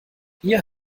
ihr